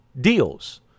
deals